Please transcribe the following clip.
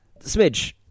smidge